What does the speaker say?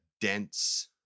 dense